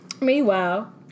Meanwhile